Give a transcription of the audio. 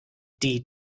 die